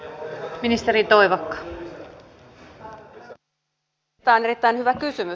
tämä on erittäin hyvä kysymys